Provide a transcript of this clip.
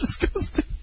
Disgusting